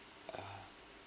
ah